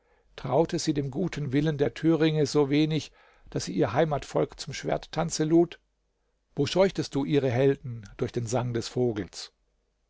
traute sie dem guten willen der thüringe so wenig daß sie ihr heimatvolk zum schwerttanze lud wo scheuchtest du ihre helden durch den sang des vogels